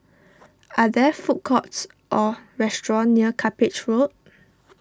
are there food courts or restaurants near Cuppage Road